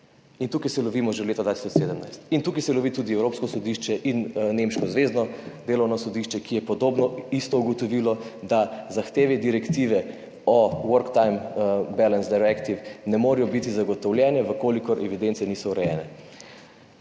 In tukaj se lovimo že od leta 2017 in tukaj se lovita tudi Evropsko sodišče in nemško zvezno delovno sodišče, ki je ugotovilo podobno, da zahteve direktive Work-life Balance Directive ne morejo biti zagotovljene, če evidence niso urejene.